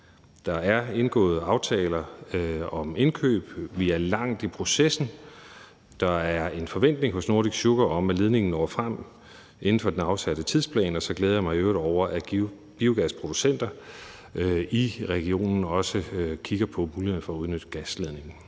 Der er indgået aftaler om indkøb, man er langt i processen, der er en forventning hos Nordic Sugar om, at ledningen når frem inden for den afsatte tidsplan. Og så glæder jeg mig i øvrigt over, at biogasproducenter i regionen også kigger på mulighederne for at udnytte gasledningen.